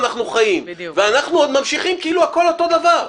חיים ואנחנו ממשיכים כאילו הכול אותו דבר.